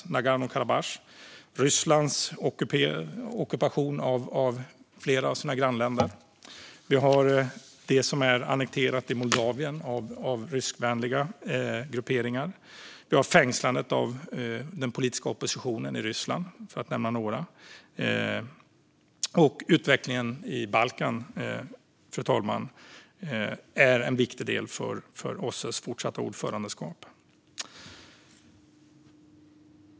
Det handlar om Nagorno-Karabach, Rysslands ockupation av flera av sina grannländer och det som är annekterat i Moldavien av ryskvänliga grupperingar. Vi har också fängslandet av den politiska oppositionen i Ryssland. Utvecklingen i Balkan är också en viktig del för OSSE:s fortsatta ordförandeskap.